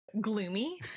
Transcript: gloomy